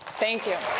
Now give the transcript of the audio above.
thank you.